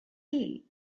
day